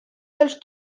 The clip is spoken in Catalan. dels